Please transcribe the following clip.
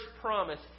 promise